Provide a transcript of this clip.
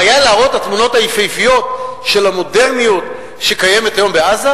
בעיה להראות את התמונות היפהפיות של המודרניות שקיימת היום בעזה?